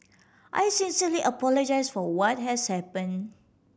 I sincerely apologise for what has happen